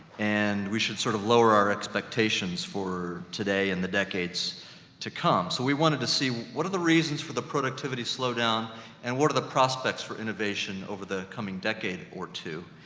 and we should sort of lower our expectations for today and the decades to come. so we wanted to see, what are the reasons for the productivity slow-down and what are the prospects for innovation over the coming decade or two?